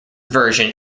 version